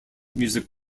music